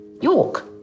York